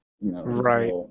Right